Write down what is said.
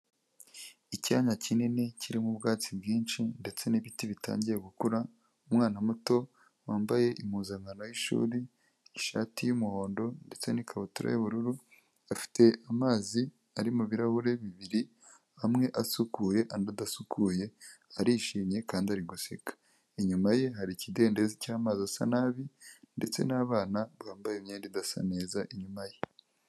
Icyanya kinini kirimo ubwatsi bwinshi ndetse n'ibiti bitangiye gukura, umwana muto wambaye impuzankano y'ishuri, ishati y'umuhondo ndetse n'ikabutura y'ubururu, afite amazi ari mu birarahure bibiri, amwe asukuye andi adasukuye, arishimye kandi ari guseka. Inyuma ye hari ikidendezi cy'amazi asa nabi ndetse n'abana bambaye imyenda idasa neza inyuma ye.